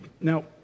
Now